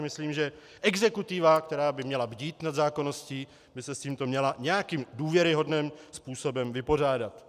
Myslím si, že exekutiva, která by měla bdít nad zákonností, by se s tímto měla nějakým důvěryhodným způsobem vypořádat.